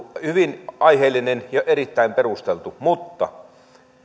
hyvin aiheellinen ja erittäin perusteltu mutta